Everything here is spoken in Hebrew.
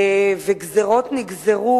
וגזירות נגזרו,